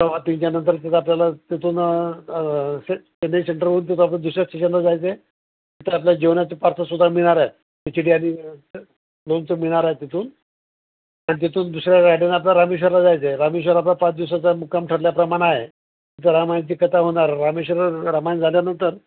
सव्वातीनच्यानंतर तिथं आपल्याला तिथून से चेन्नई सेंटरवरून तिथं आपलं दुसऱ्या स्टेशनला जायचं आहे तिथं आपल्या जेवणाच्या पार्सलसुद्धा मिळणार आहे खिचडी आणि लोणचं मिळनार आहे तिथून आणि तिथून दुसऱ्या गाडीनं आपल्याला रामेश्वरला जायचं आहे रामेश्वर आपला पाच दिवसाचा मुक्काम ठरल्याप्रमाणे आहे तिथं रामायणाची कथा होणार आहे रामेश्वर रामायण झाल्यानंतर